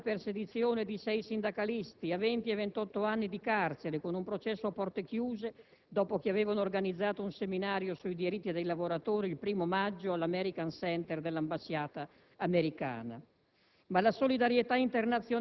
e del diesel, e di condanne per sedizione di sei sindacalisti a 20 e 28 anni di carcere, con un processo a porte chiuse, per avere organizzato un seminario sui diritti dei lavoratori il primo maggio all'*American* *Center* dell'Ambasciata americana.